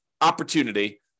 opportunity